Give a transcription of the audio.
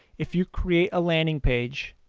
if you create a landing page,